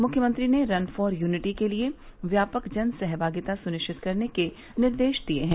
मुख्यमंत्री ने run for unity के लिये व्यापक जन सहभागिता सुनिश्चित करने के निर्देश दिये हैं